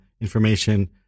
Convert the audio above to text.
information